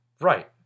Right